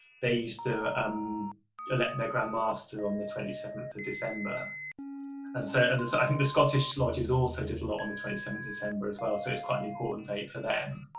they used to um elect their grand master on the twenty seventh of december and so and i think the scottish lodge is also did a lot on the twenty seventh december as well so it's quite an important date for them,